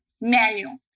manual